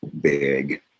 big